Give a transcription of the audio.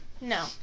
No